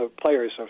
players